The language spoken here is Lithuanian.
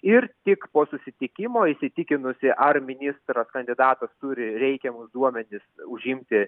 ir tik po susitikimo įsitikinusi ar ministras kandidatas turi reikiamus duomenis užimti